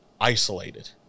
isolated